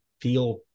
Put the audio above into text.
feel